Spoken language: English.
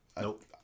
Nope